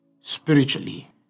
spiritually